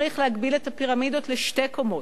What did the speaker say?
לכן, צריך להגביל את הפירמידות לשתי קומות.